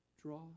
draw